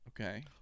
Okay